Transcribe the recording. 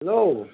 hello